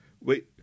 Wait